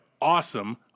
awesome